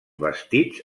bastits